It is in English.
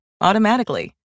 automatically